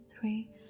three